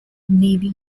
navy